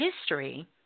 history